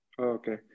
Okay